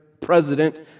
president